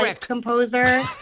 composer